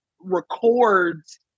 records